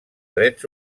drets